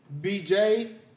BJ